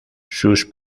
sus